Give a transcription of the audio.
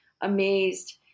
amazed